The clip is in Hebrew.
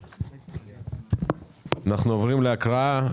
אנחנו עוברים להקראה.